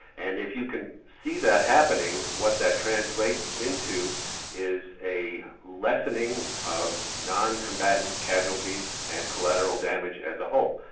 and if you can see that happening, what that translates into is a lessening of non-combatant casualties and collateral damage as a whole,